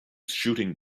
shooting